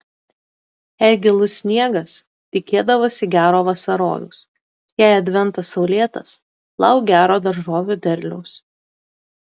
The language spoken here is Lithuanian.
jei gilus sniegas tikėdavosi gero vasarojaus jei adventas saulėtas lauk gero daržovių derliaus